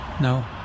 No